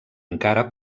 encara